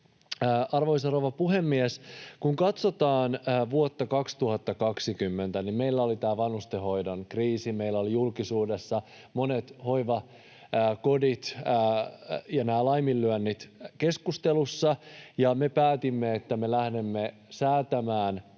Arvoisa rouva puhemies! Kun katsotaan vuotta 2020, niin meillä oli tämä vanhustenhoidon kriisi, meillä oli julkisuudessa keskustelussa monet hoivakodit ja nämä laiminlyönnit, ja me päätimme, että me lähdemme säätämään